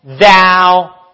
thou